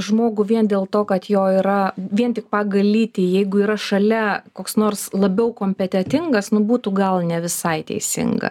žmogų vien dėl to kad jo yra vien tik pagal lytį jeigu yra šalia koks nors labiau kompetentingas nu būtų gal ne visai teisinga